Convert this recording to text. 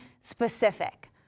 specific